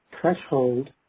threshold